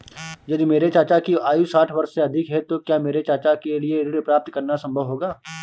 यदि मेरे चाचा की आयु साठ वर्ष से अधिक है तो क्या मेरे चाचा के लिए ऋण प्राप्त करना संभव होगा?